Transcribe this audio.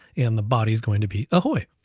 and the body's gonna be, ahoy.